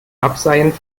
abseien